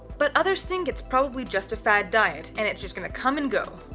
but others think it's probably just a fad diet and it's just gonna come and go.